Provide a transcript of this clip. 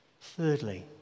thirdly